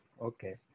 Okay